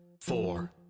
four